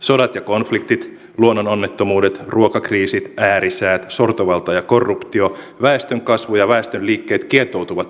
sodat ja konfliktit luonnononnettomuudet ruokakriisit äärisäät sortovalta ja korruptio väestönkasvu ja väestön liikkeet kietoutuvat toisiinsa